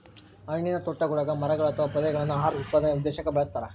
ಹಣ್ಣಿನತೋಟಗುಳಗ ಮರಗಳು ಅಥವಾ ಪೊದೆಗಳನ್ನು ಆಹಾರ ಉತ್ಪಾದನೆ ಉದ್ದೇಶಕ್ಕ ಬೆಳಸ್ತರ